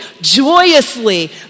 joyously